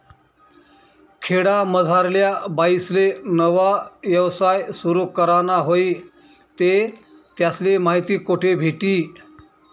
खेडामझारल्या बाईसले नवा यवसाय सुरु कराना व्हयी ते त्यासले माहिती कोठे भेटी?